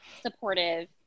supportive